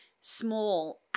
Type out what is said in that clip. small